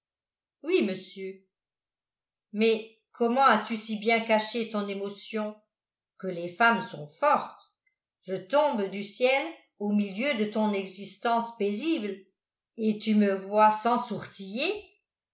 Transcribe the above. oui monsieur mais comment as-tu si bien caché ton émotion que les femmes sont fortes je tombe du ciel au milieu de ton existence paisible et tu me vois sans sourciller